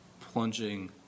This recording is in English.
plunging